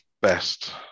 best